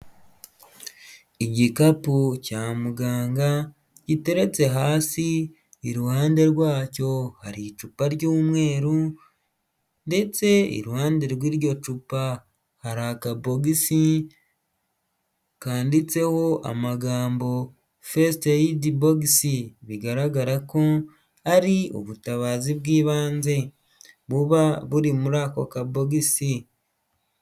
Igikapu cya muganga giteretse hasi iruhande rwacyo hari icupa ry'umweru, ndetse iruhande rw'iryo cupa hari akabogisi kanditseho amagambo first aid box. Bigaragara ko ari ubutabazi bw'ibanze buba buri muri ako kabogisi.